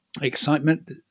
excitement